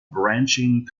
branching